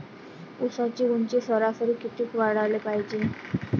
ऊसाची ऊंची सरासरी किती वाढाले पायजे?